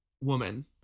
woman